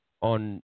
on